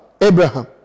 Abraham